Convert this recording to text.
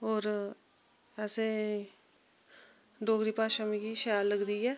और असें डोगरी भाशा मिगी शैल लगदी ऐ